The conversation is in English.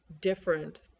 different